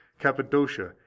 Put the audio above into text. cappadocia